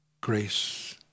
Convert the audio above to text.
grace